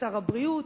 שר הבריאות,